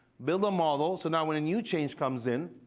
build a model so now when a new change comes in,